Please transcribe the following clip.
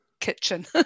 kitchen